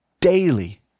daily